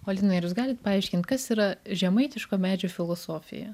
o linai ar jūs galit paaiškint kas yra žemaitiško medžio filosofija